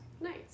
Nice